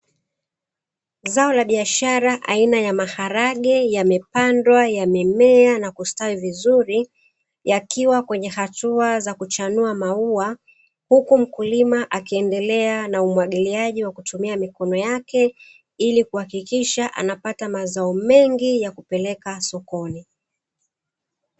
Zao la biashara aina ya maharage yamepandwa, yamemea na kustawi vizuri yakiwa kwenye hatua za kuchanua maua ,huku mkulima akiendeleea na umwagiliaji wa kutumia mikono yake ili kuhakikisha anapata mazao mengi ya kupeleka sokoni.